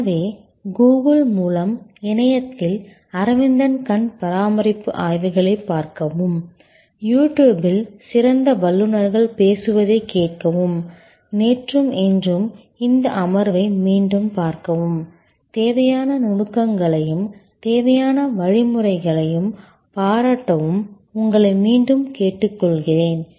எனவே கூகுள் மூலம் இணையத்தில் அரவிந்தன் கண் பராமரிப்பு ஆய்வுகளை பார்க்கவும் யூடியூப்பில் சிறந்த வல்லுநர்கள் பேசுவதைக் கேட்கவும் நேற்றும் இன்றும் இந்த அமர்வை மீண்டும் பார்க்கவும் தேவையான நுணுக்கங்களையும் தேவையான வழிமுறைகளையும் பாராட்டவும் உங்களை மீண்டும் கேட்டுக்கொள்கிறேன்